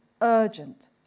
urgent